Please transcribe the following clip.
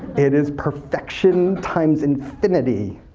it is perfection times infinity.